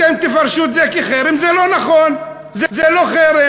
אתם תפרשו את זה כחרם, זה לא נכון, זה לא חרם.